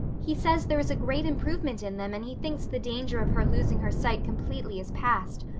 he says there is a great improvement in them and he thinks the danger of her losing her sight completely is past.